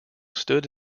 stood